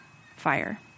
fire